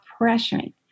pressuring